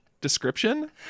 description